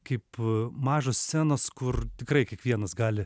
kaip mažos scenos kur tikrai kiekvienas gali